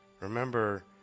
remember